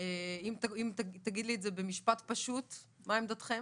אם תגיד לי את זה במשפט פשוט - מה עמדתכם?